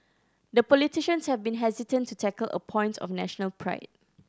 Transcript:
the politicians have been hesitant to tackle a point of national pride